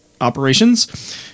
operations